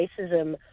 racism